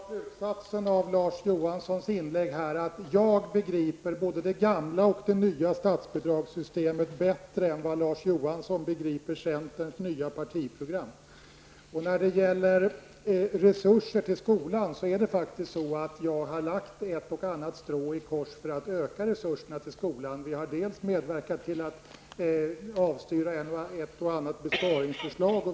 Herr talman! Jag drar slutsatsen av Larz Johanssons inlägg att jag har begripit både det gamla och det nya statsbidragssystemet bättre än vad Larz Johansson begriper centerns nya partiprogram. När det gäller resurser till skolan har jag faktiskt lagt ett och annat strå i kors för att öka resurserna till skolan. Vi har medverkat till att avstyra ett och annat besparingsförslag.